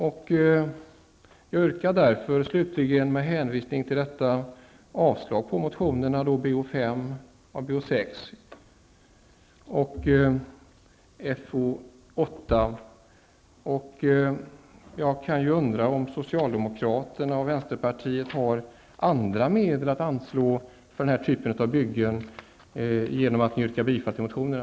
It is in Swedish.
Jag yrkar därför med denna hänvisning avslag på motionerna Bo5 och Bo6 samt Fi8. Jag undrar om socialdemokraterna och vänsterpartiet har andra medel att anslå för denna typ av byggen, eftersom de yrkar bifall till motionerna.